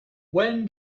when